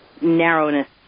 narrowness